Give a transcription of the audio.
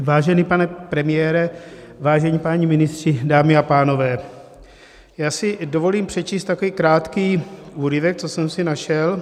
Vážený pane premiére, vážení páni ministři, dámy a pánové, já si dovolím přečíst takový krátký úryvek, co jsem si našel: